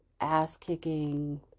ass-kicking